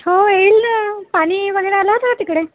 हो येईल ना पाणी वगैरे आलं होतं का तिकडे